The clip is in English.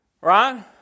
Right